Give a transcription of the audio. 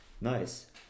nice